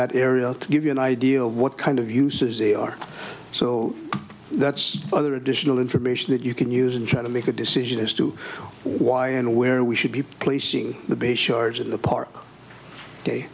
that area to give you an idea of what kind of uses they are so that's other additional information that you can use and try to make a decision as to why and where we should be placing the base shards in the park